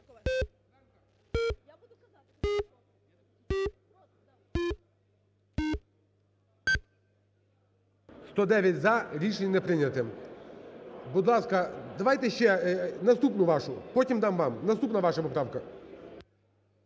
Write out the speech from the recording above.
За-109 Рішення не прийнято. Будь ласка, давайте ще наступну вашу. Потім дам вам. Наступна ваша поправка.